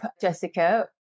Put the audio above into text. Jessica